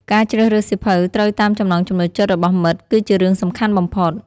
ការជ្រើសរើសសៀវភៅត្រូវតាមចំណង់ចំណូលចិត្តរបស់មិត្ត គឺជារឿងសំខាន់បំផុត។